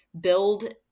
build